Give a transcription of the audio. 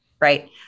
right